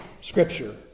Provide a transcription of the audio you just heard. Scripture